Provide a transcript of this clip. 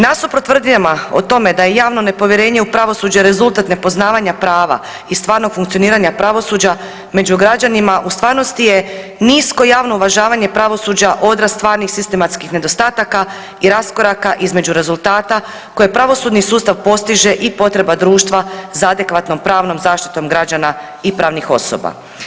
Nasuprot tvrdnjama o tome da je javno nepovjerenje u pravosuđe rezultat nepoznavanja prava i stvarnog funkcioniranja pravosuđa među građanima u stvarnosti je nisko javno uvažavanje pravosuđa, odraz stvarnih sistematskih nedostataka i raskoraka između rezultata koje pravosudni sustav postiže i potreba društva za adekvatnom pravnom zaštitom građana i pravnih osoba.